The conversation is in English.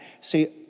see